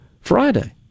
Friday